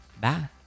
Bye